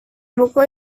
buku